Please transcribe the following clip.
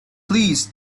please